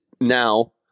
now